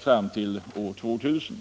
fram till år 2000.